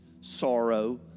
sorrow